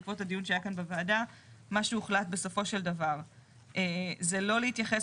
מה שהוחלט בסופו של דבר זה לא להתייחס